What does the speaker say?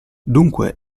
dunque